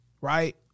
right